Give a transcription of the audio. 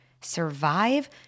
Survive